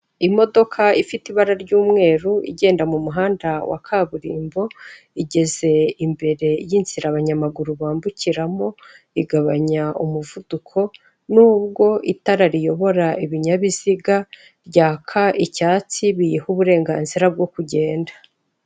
Imodoka ifite ibara ry'umweru igenda mu muhanda wa kaburimbo, igeze imbere y'inzira abanyamaguru bambukiramo igabanya umuvuduko n'ubwo itara riyobora ibinyabiziga ryaka icyatsi biyiha uburenganzira bwo kugenda.